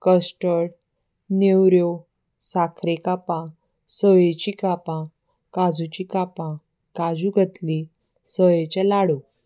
custard नेवऱ्यो साखरे कापां सयेचीं कापां काजूची कापां काजू कतली सोयेचे लाडू